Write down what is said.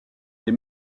des